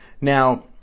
Now